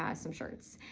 ah some shirts.